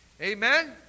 Amen